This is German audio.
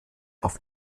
auf